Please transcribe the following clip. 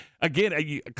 Again